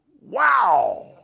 Wow